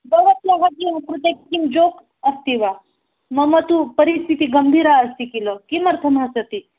भवत्याः किं कृते किं जोक् अस्ति वा मम तु परिस्थितिः गम्भीरा अस्ति किल किमर्थं हसति